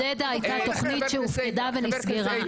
ג'דיידה הייתה תוכנית שהופקדה ונסגרה.